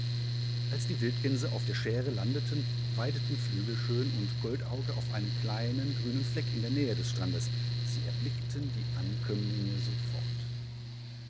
als die wildgänse auf der schäre landeten weideten flügelschön und goldauge auf einem kleinen grünen fleck in der nähe des strandes sie erblickten die ankömmlingesofort